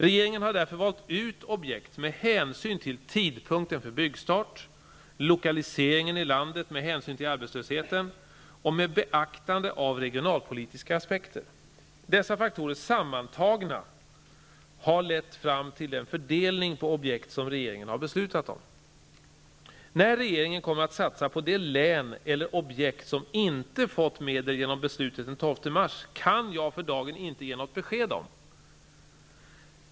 Regeringen har därför valt ut objekt med hänsyn till tidpunkten för byggstart, lokaliseringen i landet med hänsyn till arbetslösheten och med beaktande av regionalpolitiska aspekter. Dessa faktorer sammantagna har lett fram till den fördelning på objekt som regeringen har beslutat om. När regeringen kommer att satsa på de län eller objekt som inte fått medel genom beslutet den 12 mars kan jag för dagen inte ge något besked om.